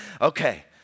okay